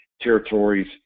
territories